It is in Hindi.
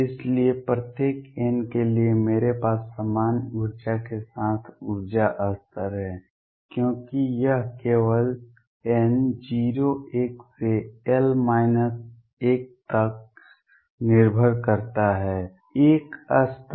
इसलिए प्रत्येक n के लिए मेरे पास समान ऊर्जा के साथ ऊर्जा स्तर हैं क्योंकि यह केवल n 0 1 से l 1 तक निर्भर करता है l स्तर